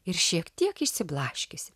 ir šiek tiek išsiblaškiusi